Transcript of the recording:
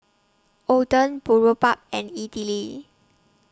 Oden Boribap and Idili